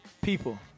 People